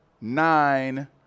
nine